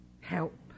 help